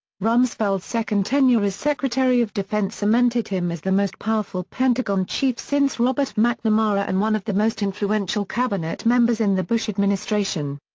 rumsfeld's second tenure as secretary of defense cemented him as the most powerful pentagon chief since robert mcnamara and one of the most influential cabinet members in the bush administration.